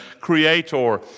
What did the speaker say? creator